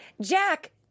Jack